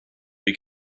they